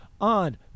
on